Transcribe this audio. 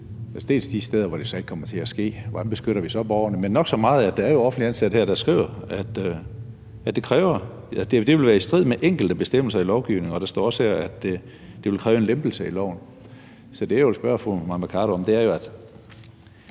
dels de steder, hvor det så ikke kommer til at ske – hvordan beskytter vi så borgerne? – men nok så meget, at der jo er offentligt ansatte, der skriver, at det vil være i strid med enkelte bestemmelser i lovgivningen, og der står også her, at det vil kræve en lempelse i loven. Så det, jeg vil spørge fru Mai Mercado om, er jo, om